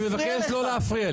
אני מבקש לא להפריע לי.